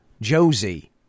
Josie